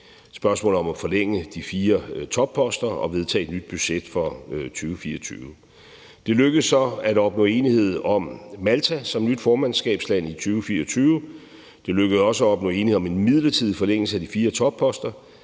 spørgsmålet om at forlænge de fire topposter og i forhold til at vedtage et nyt budget for 2024. Det lykkedes så at opnå enighed om Malta som nyt formandskabsland i 2024. Det lykkedes også at opnå enighed om en midlertidig forlængelse af de fire topposter,